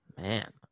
Man